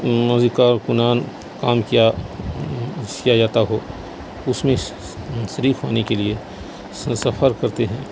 کارکنان کام کیا کیا جاتا ہو اس میں شریک ہونے کے لیے سفر کرتے ہیں